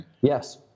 Yes